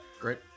great